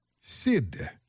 Sid